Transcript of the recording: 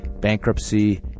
bankruptcy